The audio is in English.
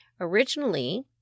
originally